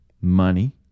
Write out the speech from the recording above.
money